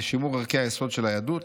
לשימור ערכי היסוד של היהדות,